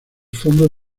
fondos